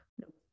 nope